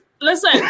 Listen